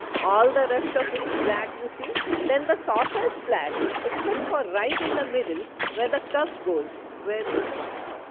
all the rest of it is black you see then the saucer is black except for right in the middle where the cup goes where it is white,